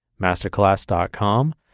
masterclass.com